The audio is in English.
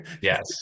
yes